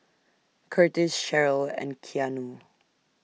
Curtiss Cheryll and Keanu